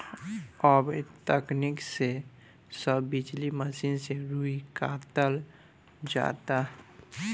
अब तकनीक से सब बिजली मसीन से रुई कातल जाता